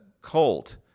colt